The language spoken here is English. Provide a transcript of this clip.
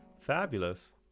Fabulous